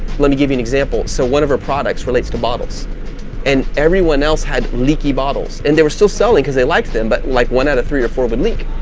let me give you an example. so one of our products relates to bottles and everyone else had leaky bottles and they were still selling because they liked them but like one out of three or four would leak,